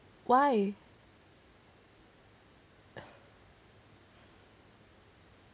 why